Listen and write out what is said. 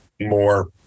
more